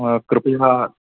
कृपया